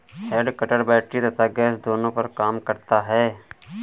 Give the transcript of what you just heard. head cutter battery तथा gas दोनों पर काम करता है